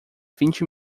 vinte